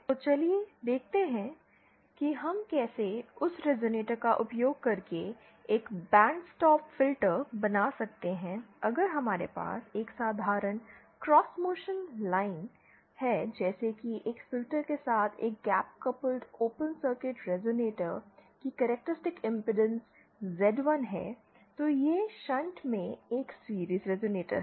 तो चलिए देखते हैं कि हम कैसे उस रेज़ोनेटर का उपयोग करके एक बैंड स्टॉप फ़िल्टर बना सकते हैं अगर हमारे पास एक साधारण क्रॉस मोशन लाइन है जैसे कि एक फिल्टर के साथ एक gap coupled open circuit resonator की कैरेक्टरिस्टिक इंपेडेंस Z1 है तो यह शंट में एक सीरिज़ रेज़ोनेटर है